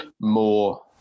more